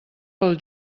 pel